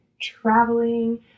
traveling